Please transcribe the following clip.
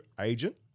agent